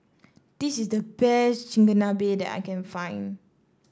this is the best Chigenabe that I can find